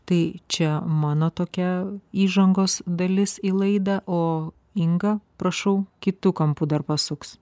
tai čia mano tokia įžangos dalis į laidą o inga prašau kitu kampu dar pasuks